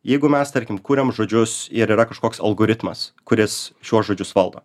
jeigu mes tarkim kuriam žodžius ir yra kažkoks algoritmas kuris šiuo žodžius valdo